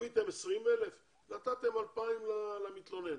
גביתם 20,000 אלף, נתתם 2,000 שקלים למתלונן.